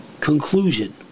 conclusion